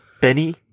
Benny